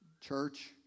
Church